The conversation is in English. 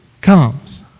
comes